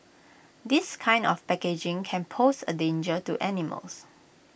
this kind of packaging can pose A danger to animals